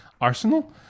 Arsenal